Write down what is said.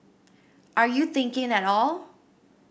are you thinking at all